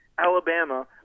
Alabama